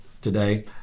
today